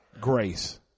grace